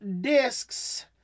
discs